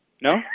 No